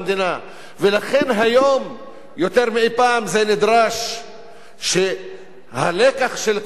ולכן היום יותר מאי-פעם זה נדרש שהלקח של כפר-קאסם,